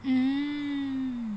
mm